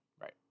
Right